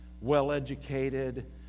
well-educated